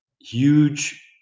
huge